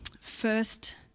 first